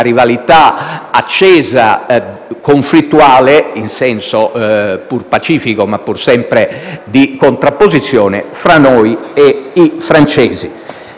rivalità accesa e conflittuale (in senso pacifico, ma pur sempre di contrapposizione) fra noi e i francesi.